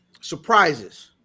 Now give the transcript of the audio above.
surprises